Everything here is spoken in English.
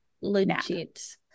Legit